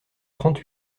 trente